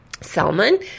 salmon